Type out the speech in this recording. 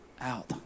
out